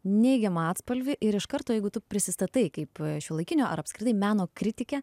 neigiamą atspalvį ir iš karto jeigu tu prisistatai kaip šiuolaikinio ar apskritai meno kritikė